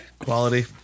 quality